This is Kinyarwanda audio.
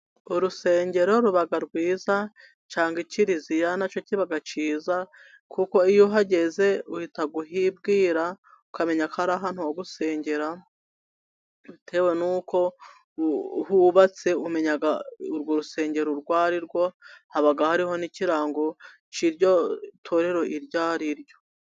Urusengero ruba rwiza cyanga ikiliziya na cyo kiba cyiza kuko iyo uhageze uhita uhibwira, ukamenya ko ari ahantu gusengera, bitewe n'uko hubatse, umenya urwo rusengero urwo ari rwo, haba hariho n'ikirango cy'iryo torero, iryo ari ryo.